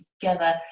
Together